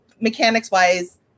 mechanics-wise